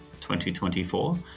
2024